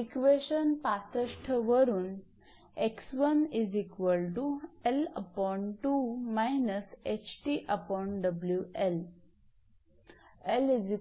equation 65 वरून 𝐿250 𝑚 𝑇1800 𝐾𝑔 ℎ80−4040